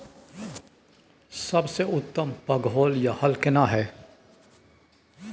सबसे उत्तम पलौघ या हल केना हय?